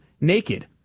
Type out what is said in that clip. naked